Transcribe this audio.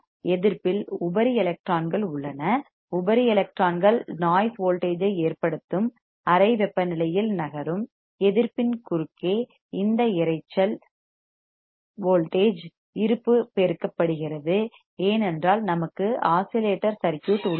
எதிர்ப்பில் உபரி எலக்ட்ரான்கள் உள்ளன உபரி எலக்ட்ரான்கள் நாய்ஸ் வோல்டேஜ் ஐ ஏற்படுத்தும் அறை வெப்பநிலையில் நகரும் எதிர்ப்பின் குறுக்கே இந்த இரைச்சல் நாய்ஸ் வோல்டேஜ் இருப்பு பெருக்கப்படுகிறது ஏனென்றால் நமக்கு ஆஸிலேட்டர் சர்க்யூட் உள்ளது